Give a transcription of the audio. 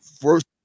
first